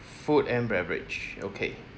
food and beverage okay